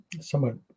somewhat